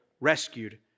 rescued